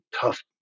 tough